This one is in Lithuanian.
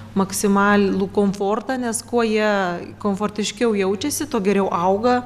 maksimalų komfortą nes kuo jie komfortiškiau jaučiasi tuo geriau auga